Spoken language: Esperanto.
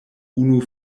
unu